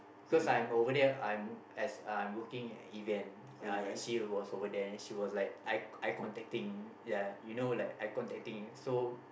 cos I am over there I'm as I'm working event ya ya she was over there then she was like eye eye contacting ya you know like eye contacting so